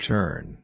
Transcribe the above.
Turn